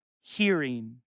hearing